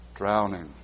drowning